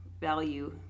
value